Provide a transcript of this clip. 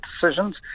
decisions